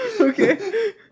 Okay